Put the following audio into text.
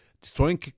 destroying